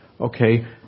Okay